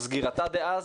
סגירתה דאז,